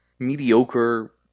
Mediocre